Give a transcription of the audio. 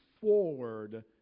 forward